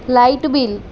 light bill